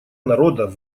народа